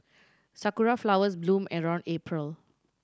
sakura flowers bloom around April